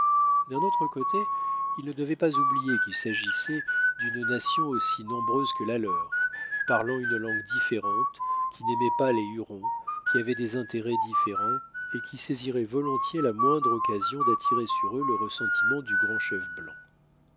d'un autre côté ils ne devaient pas oublier qu'il s'agissait d'une nation aussi nombreuse que la leur parlant une langue différente qui n'aimait pas les hurons qui avait des intérêts différents et qui saisirait volontiers la moindre occasion d'attirer sur eux le ressentiment du grand chef